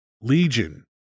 Legion